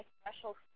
special